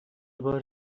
بارم